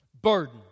burden